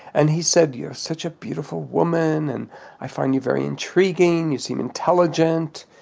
and he said, you're such a beautiful woman. and i find you very intriguing, you seem intelligent.